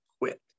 quit